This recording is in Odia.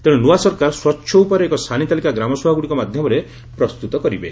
ତେଣୁ ନୂଆ ସରକାର ସ୍ୱଚ୍ଛ ଉପାୟରେ ଏକ ସାନି ତାଲିକା ଗ୍ରାମସଭାଗୁଡ଼ିକ ମାଧ୍ୟମରେ ପ୍ରସ୍ତୁତ କରିବେ